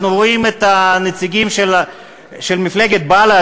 אנחנו רואים את הנציגים של מפלגת בל"ד